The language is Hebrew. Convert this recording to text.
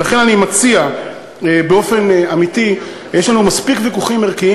לכן אני מציע באופן אמיתי: יש לנו מספיק ויכוחים ערכיים,